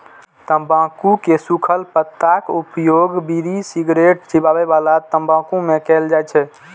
तंबाकू के सूखल पत्ताक उपयोग बीड़ी, सिगरेट, चिबाबै बला तंबाकू मे कैल जाइ छै